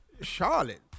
Charlotte